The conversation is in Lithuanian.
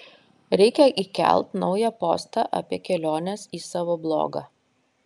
reikia įkelt naują postą apie keliones į savo blogą